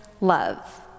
love